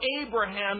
Abraham